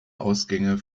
ausgänge